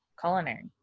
culinary